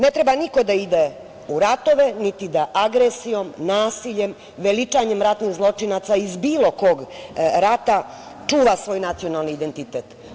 Ne treba niko da ide u ratove, niti da agresijom, nasiljem, veličanjem ratnih zločinaca iz bilo kog rata, čuva svoj nacionalni identitet.